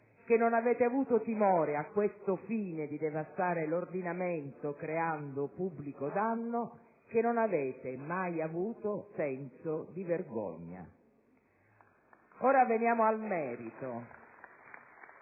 che non avete avuto timore a questo fine di devastare l'ordinamento creando pubblico danno; che non avete mai avuto senso di vergogna. *(Applausi dal Gruppo*